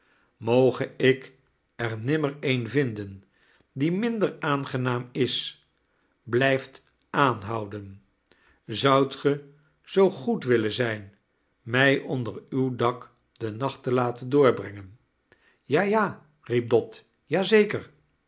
moge ik er nimmer een vinden die minder aangenaam is blijft aanhonden zoudt ge zoo goed willen zijn mij onder uw dak den nacht te laten doorbrengein ja ja riep dot